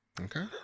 okay